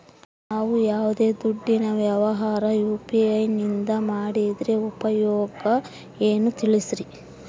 ನಾವು ಯಾವ್ದೇ ದುಡ್ಡಿನ ವ್ಯವಹಾರ ಯು.ಪಿ.ಐ ನಿಂದ ಮಾಡಿದ್ರೆ ಉಪಯೋಗ ಏನು ತಿಳಿಸ್ರಿ?